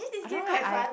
I don't know leh I